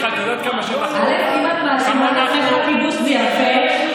אם את מאשימה את עצמך בכיבוש, זה יפה.